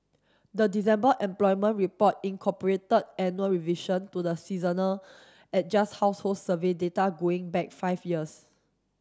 the December employment report incorporated annual revision to the seasonally adjust household survey data going back five years